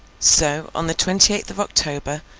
so, on the twenty-eighth of october,